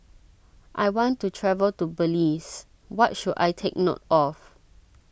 I want to travel to Belize what should I take note of